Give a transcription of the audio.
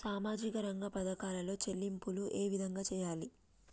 సామాజిక రంగ పథకాలలో చెల్లింపులు ఏ విధంగా చేయాలి?